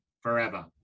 forever